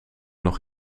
nog